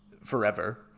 forever